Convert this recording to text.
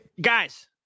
guys